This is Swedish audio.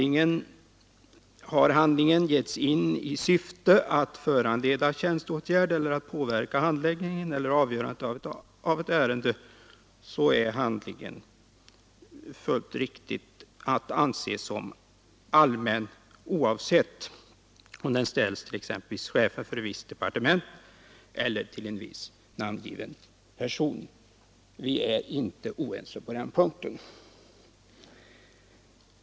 När handlingen getts in i syfte att föranleda tjänsteåtgärd eller påverka handläggningen eller avgörandet av ett ärende är handlingen fullt riktigt att anse som allmän, oavsett om den ställs till exempelvis chefen för visst departement eller till en viss namngiven person. Vi är inte oense på den punkten.